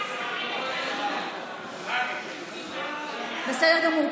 בסדר גמור.